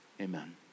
Amen